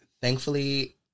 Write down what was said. thankfully